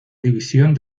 división